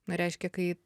na reiškia kai